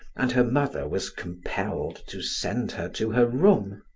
and her mother was compelled to send her to her room.